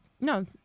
No